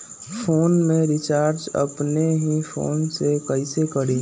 Phone में recharge अपने ही फ़ोन से कईसे करी?